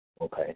Okay